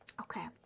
Okay